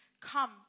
Come